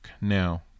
now